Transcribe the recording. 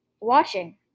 watching